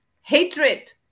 hatred